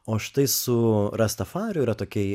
o štai su rastafariu yra tokia